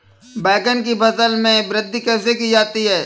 बैंगन की फसल में वृद्धि कैसे की जाती है?